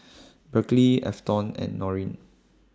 Berkley Afton and Norine